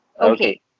Okay